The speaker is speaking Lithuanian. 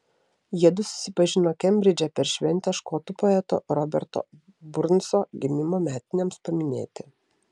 jiedu susipažino kembridže per šventę škotų poeto roberto burnso gimimo metinėms paminėti